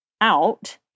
out